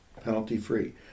Penalty-free